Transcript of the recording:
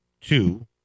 two